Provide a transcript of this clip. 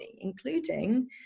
including